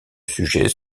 sujet